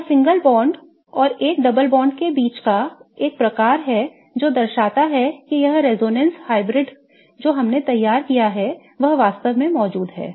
यह single bond और एक डबल बॉन्ड के बीच का एक प्रकार है जो दर्शाता है कि यह रेजोनेंस हाइब्रिड जो हमने तैयार किया है वह वास्तव में मौजूद है